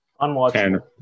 Unwatchable